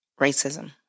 racism